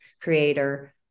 creator